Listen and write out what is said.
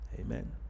Amen